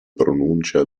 pronuncia